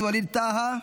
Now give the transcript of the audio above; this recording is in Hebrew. חבר הכנסת ווליד טאהא,